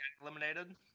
eliminated